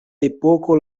epoko